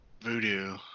Voodoo